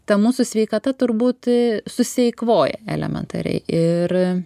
ta mūsų sveikata turbūt susieikvoja elementariai ir